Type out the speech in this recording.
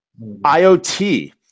IoT